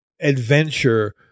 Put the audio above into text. adventure